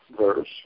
verse